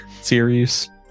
series